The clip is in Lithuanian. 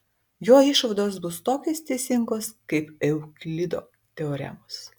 jo išvados bus tokios teisingos kaip euklido teoremos